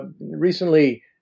recently